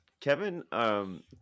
Kevin –